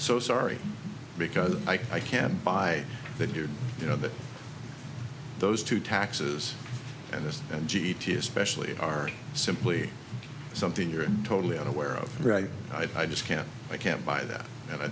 so sorry because i can buy that you you know that those two taxes and this and g t especially are simply something you're totally unaware of right i just can't i can't buy that and i